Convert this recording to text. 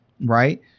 Right